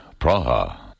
Praha